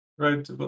Right